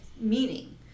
meaning